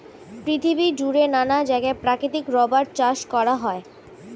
পৃথিবী জুড়ে নানা জায়গায় প্রাকৃতিক রাবার চাষ করা হয়